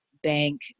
bank